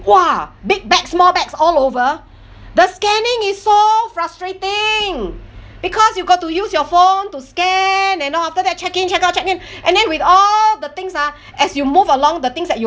!wah! big bag small bags all over the scanning is so frustrating because you got to use your phone to scan and all after that check in check out check in and then with all the things ah as you move along the things that you